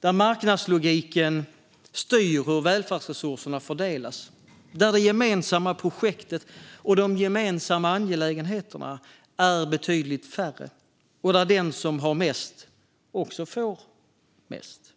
där marknadslogiken styr hur välfärdsresurserna fördelas och där det gemensamma projektet och de gemensamma angelägenheterna är betydligt färre och där den som har mest också får mest.